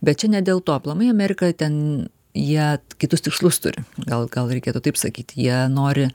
bet čia ne dėl to aplamai amerika ten jie kitus tikslus turi gal gal reikėtų taip sakyti jie nori